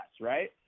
Right